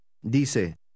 Dice